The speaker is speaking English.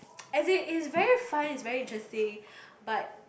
as in it's very fun it's very interesting but